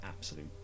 absolute